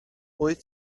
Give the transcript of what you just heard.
wyt